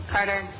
Carter